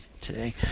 today